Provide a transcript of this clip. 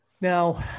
Now